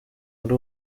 muri